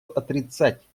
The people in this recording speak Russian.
отрицать